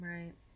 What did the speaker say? Right